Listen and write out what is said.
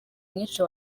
nyinshi